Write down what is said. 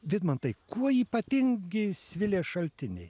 vidmantai kuo ypatingi svilės šaltiniai